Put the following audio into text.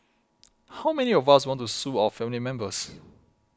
how many of us would want to sue our family members